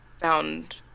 found